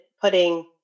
putting